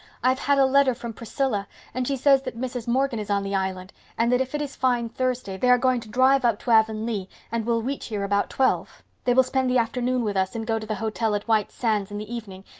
i've had a letter from priscilla and she says that mrs. morgan is on the island, and that if it is fine thursday they are going to drive up to avonlea and will reach here about twelve. they will spend the afternoon with us and go to the hotel at white sands in the evening,